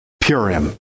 Purim